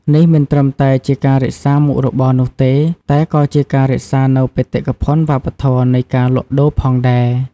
នេះមិនត្រឹមតែជាការរក្សាមុខរបរនោះទេ តែក៏ជាការរក្សានូវបេតិកភណ្ឌវប្បធម៌នៃការលក់ដូរផងដែរ។